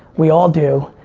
we all do.